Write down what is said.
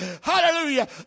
hallelujah